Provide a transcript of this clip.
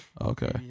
Okay